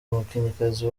umukinnyikazi